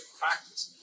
practice